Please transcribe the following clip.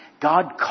God